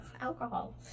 alcohol